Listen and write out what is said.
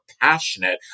passionate